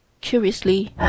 curiously